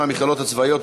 מהמכללות הצבאיות,